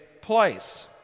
place